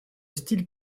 style